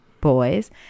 boys